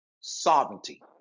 sovereignty